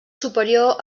superior